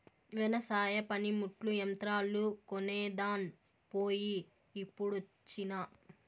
వెవసాయ పనిముట్లు, యంత్రాలు కొనేదాన్ పోయి ఇప్పుడొచ్చినా